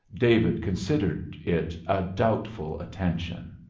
david considered it a doubtful attention.